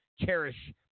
cherish